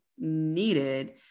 Needed